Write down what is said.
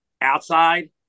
Outside